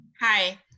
Hi